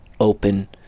open